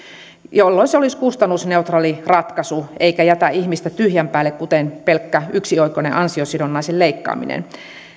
jolloin se olisi kustannusneutraali ratkaisu eikä jätä ihmistä tyhjän päälle kuten pelkkä yksioikoinen ansiosidonnaisen leikkaaminen